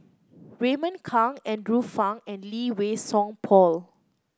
Raymond Kang Andrew Phang and Lee Wei Song Paul